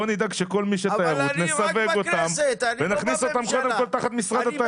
בוא נדאג שכל מי שתיירות נסווג אותם ונכניס אותם תחת משרד התיירות.